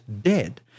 dead